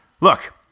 Look